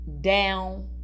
down